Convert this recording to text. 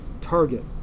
target